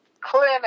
Clinic